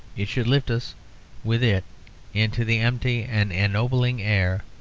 it should lift us with it into the empty and ennobling air.